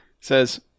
says